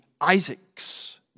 Isaac's